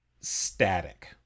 static